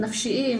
נפשיים,